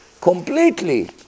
completely